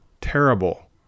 terrible